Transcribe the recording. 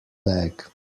bag